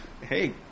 Hey